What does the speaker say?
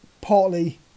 partly